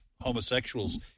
homosexuals